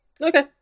Okay